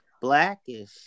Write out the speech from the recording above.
blackish